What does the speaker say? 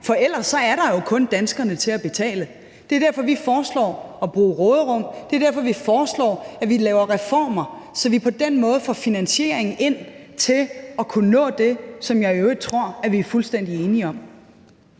for ellers er der jo kun danskerne til at betale. Det er derfor, vi foreslår at bruge af råderummet. Det er derfor, at vi laver reformer, så vi på den måde får en finansiering til at kunne nå det mål, som jeg i øvrigt tror at vi er fuldstændig enige om.